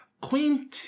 Queen